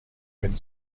when